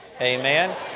Amen